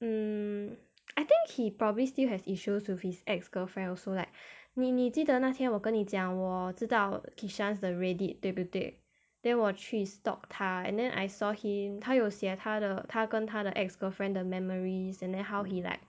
mm I think he probably still has issues with his ex girlfriend also like 你你记得那天我跟你讲我知道 kishan's 的 reddit 对不对 then 我去 stalk 他 and then I saw him 他有写他的他跟他的 ex girlfriend 的 memories and how he like